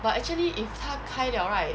but actually if 他开 liao right